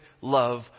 love